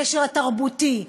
הקשר התרבותי,